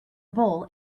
bull